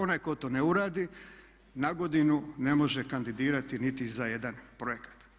Onaj koji to ne uradi nagodinu ne može kandidirati niti za jedan projekat.